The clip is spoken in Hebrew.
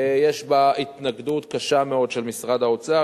יש בה התנגדות קשה מאוד של משרד האוצר.